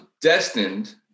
destined